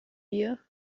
wir